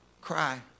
Cry